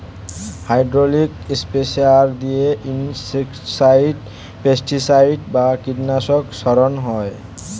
hydraulic sprayer দিয়ে insecticide, pesticide বা কীটনাশক ছড়ান হয়